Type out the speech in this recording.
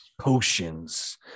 potions